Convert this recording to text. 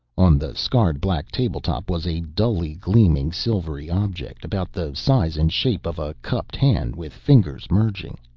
on the scarred black tabletop was a dully gleaming silvery object about the size and shape of a cupped hand with fingers merging.